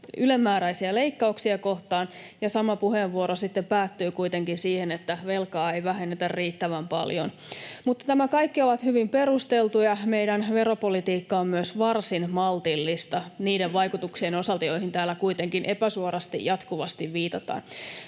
ylimääräisiä leikkauksia kohtaan ja sama puheenvuoro sitten päättyy kuitenkin siihen, että velkaa ei vähennetä riittävän paljon. Mutta nämä kaikki ovat hyvin perusteltuja, ja meidän veropolitiikka on myös varsin maltillista niiden vaikutuksien osalta, joihin täällä kuitenkin epäsuorasti jatkuvasti viitataan.